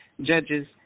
judges